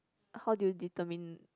how do you determine